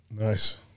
Nice